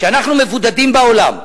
כשאנחנו מבודדים בעולם,